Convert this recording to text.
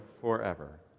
forever